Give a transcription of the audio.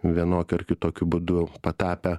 vienokiu ar kitokiu būdu patapę